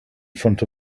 front